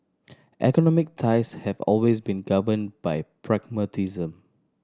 economic ties have always been governed by pragmatism